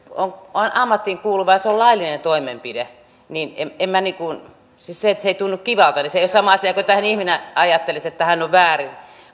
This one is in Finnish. ammattiin kuuluvaa se on laillinen toimenpide siis se että se ei tunnu kivalta ei ole sama asia että ihminen ajattelisi että tämähän on väärin